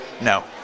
No